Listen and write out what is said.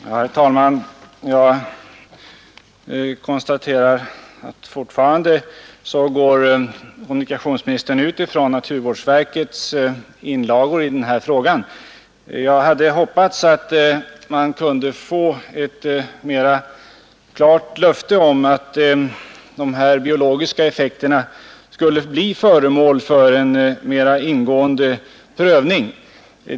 Herr talman! Jag konstaterar att kommunikationsministern fortfarande utgår från naturvårdsverkets inlaga i denna fråga. Jag hade hoppats att man kunde få ett klarare löfte om att de biologiska effekterna skulle bli föremål för en mera ingående prövning.